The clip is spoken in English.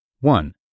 One